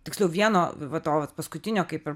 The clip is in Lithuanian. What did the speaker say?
tiksliau vieno vadovas paskutinio kaip ir